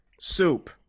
Soup